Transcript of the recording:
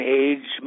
age